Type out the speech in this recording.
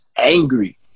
angry